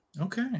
Okay